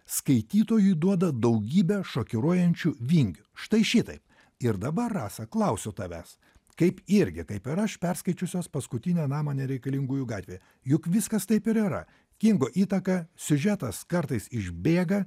skaitytojui duoda daugybę šokiruojančių vingių štai šitaip ir dabar rasa klausiau tavęs kaip irgi kaip ir aš perskaičiusios paskutinę namą nereikalingųjų gatvėj juk viskas taip ir yra kingo įtaka siužetas kartais išbėga